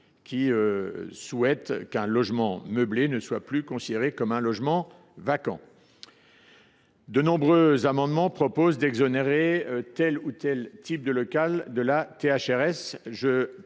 souhaitent qu’un logement meublé ne soit plus considéré comme un logement vacant. Deuxième sujet : de nombreux amendements tendent à exonérer tel ou tel type de local de la THRS.